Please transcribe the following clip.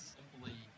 Simply